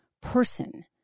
person